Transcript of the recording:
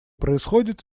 происходит